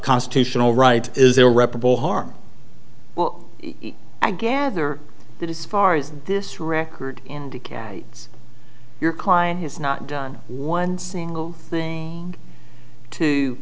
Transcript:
constitutional rights is irreparable harm well i gather that is far is this record indicates your client has not done one single thing to